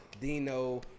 Dino